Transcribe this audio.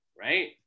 right